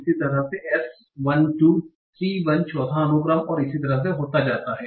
इसी तरह s 1 2 t 1 चौथा अनुक्रम और इसी तरह से होता जाता है